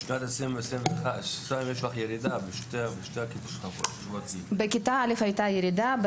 בשנת 2022-2021 יש ירידה בשתי הכיתות --- בכיתה א' הייתה ירידה,